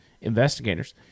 investigators